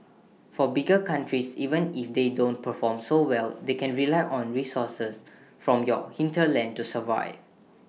for bigger countries even if they don't perform so well they can rely on the resources from your hinterland to survive